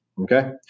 Okay